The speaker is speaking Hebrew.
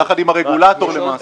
יחד עם הרגולטור למעשה.